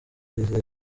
bizera